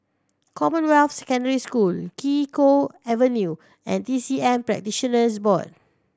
Commonwealth Secondary School Kee Choe Avenue and T C M Practitioners Board